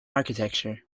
architecture